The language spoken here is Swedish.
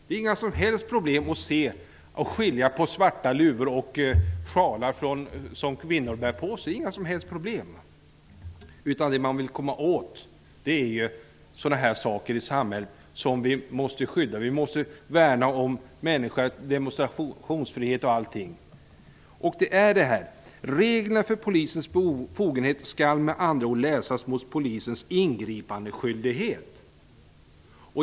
De har inga som helst problem med att skilja på svarta luvor och sjalar som kvinnor bär. Det är inga som helst problem. Det man vill komma åt är företeelser i samhället som vi måste skydda. Vi måste t.ex. värna om demonstrationsfriheten. ''Reglerna för polisens befogenheter'' skall med andra ord läsas som ''polisens ingripandeskyldighet''.